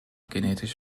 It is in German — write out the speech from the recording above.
genetisch